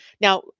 Now